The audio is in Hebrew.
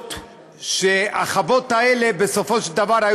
לעשות שבסופו של דבר החוות האלה,